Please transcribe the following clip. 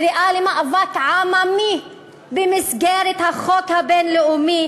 הקריאה למאבק עממי במסגרת החוק הבין-לאומי